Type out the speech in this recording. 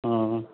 हँ